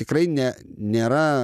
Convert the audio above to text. tikrai ne nėra